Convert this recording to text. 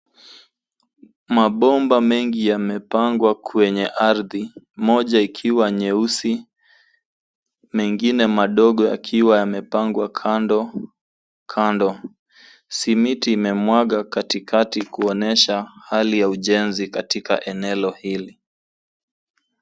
Mabomba mengi yamepangwa kwenye ardhi, moja ikiwa nyeusi, mengine madogo yakiwa yamepangwa kandokando. Simiti imemwaga katikati kuonyesha hali ya ujenzi katika eneo hili.